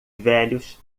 velhos